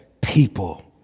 people